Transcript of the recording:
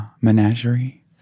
menagerie